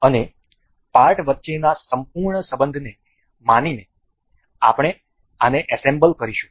અને પાર્ટ વચ્ચેના સંપૂર્ણ સંબંધને માનીને આપણે આને એસેમ્બલ કરીશું